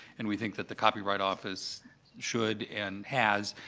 and we think that the copyright office should and has